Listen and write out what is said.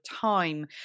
time